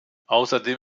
außerdem